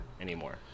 anymore